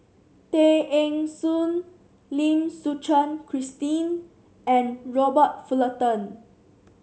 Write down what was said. Tay Eng Soon Lim Suchen Christine and Robert Fullerton